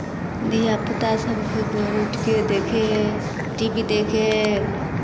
धियापुता सभकेँ भोरे उठि कऽ देखै हइ टी वी देखै हइ